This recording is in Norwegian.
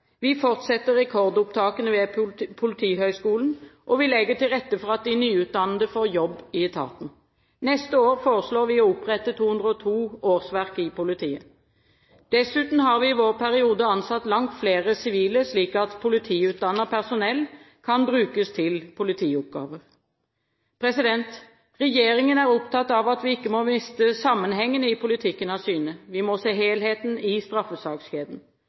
Vi fortsetter rekordopptakene ved Politihøgskolen, og vi legger til rette for at de nyutdannede får jobb i etaten. Neste år foreslår vi å opprette 202 årsverk i politiet. Dessuten har vi i vår periode ansatt langt flere sivile, slik at politiutdannet personell kan brukes til politioppgaver. Regjeringen er opptatt av at vi ikke må miste sammenhengene i politikken av syne. Vi må se helheten i straffesakskjeden.